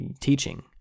teaching